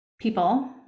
people